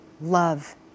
love